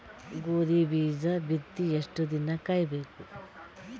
ಗೋಧಿ ಬೀಜ ಬಿತ್ತಿ ಎಷ್ಟು ದಿನ ಕಾಯಿಬೇಕು?